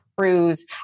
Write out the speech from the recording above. cruise